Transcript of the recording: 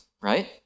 right